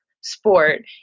sport